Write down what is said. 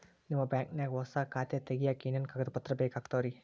ನಿಮ್ಮ ಬ್ಯಾಂಕ್ ನ್ಯಾಗ್ ಹೊಸಾ ಖಾತೆ ತಗ್ಯಾಕ್ ಏನೇನು ಕಾಗದ ಪತ್ರ ಬೇಕಾಗ್ತಾವ್ರಿ?